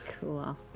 Cool